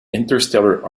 interstellar